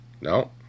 No